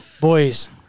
boys